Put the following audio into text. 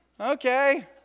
Okay